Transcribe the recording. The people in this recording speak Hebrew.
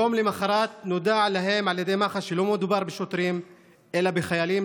יום למוחרת נודע להם על ידי מח"ש שלא מדובר בשוטרים אלא בחיילים,